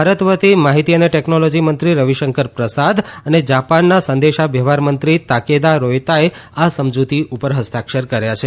ભારત વતી માહિતી અને ટેકનોલોજી મંત્રી રવીશંકર પ્રસાદ તથા જાપાનના સંદેશા વ્યવહાર મંત્રી તાકેદા રોયતાએ આ સમજ઼તી ઉપર હસ્તાક્ષર કર્યા છે